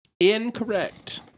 Incorrect